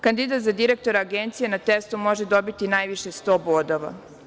Kandidat za direktora Agencije na testu može dobiti najviše 100 bodova.